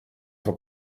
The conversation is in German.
für